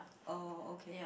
oh okay